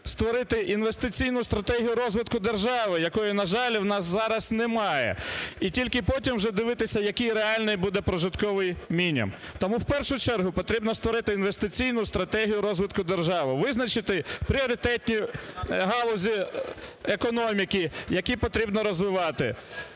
створити інвестиційну стратегію розвитку держави, якої, на жаль, у нас зараз немає, і тільки потім вже дивитися який реальний буде прожитковий мінімум. Тому, в першу чергу, потрібно створити інвестиційну стратегію розвитку держави, визначити пріоритетні галузі економіки, які потрібно розвивати.